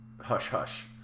hush-hush